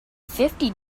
fifty